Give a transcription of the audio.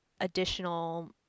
additional